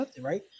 right